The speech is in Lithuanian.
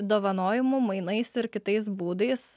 dovanojimu mainais ir kitais būdais